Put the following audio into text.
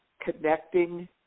connecting